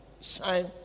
shine